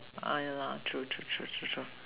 oh yeah lah true true true true true